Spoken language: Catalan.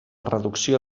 reducció